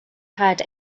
had